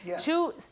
Two